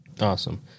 awesome